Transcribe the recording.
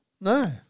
No